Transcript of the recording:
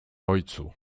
ojcu